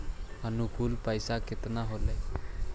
अनुकुल पैसा केतना होलय